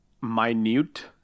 minute